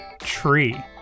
tree